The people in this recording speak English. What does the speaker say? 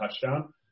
touchdown